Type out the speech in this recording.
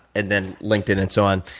and then linkedin and so on.